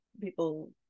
people